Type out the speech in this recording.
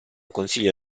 consiglio